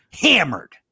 Hammered